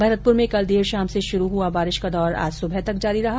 भरतपुर में कल देर शाम से शुरू हुआ बारिश का दौर आज सुबह तक जारी रहा